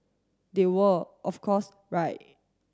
they were of course right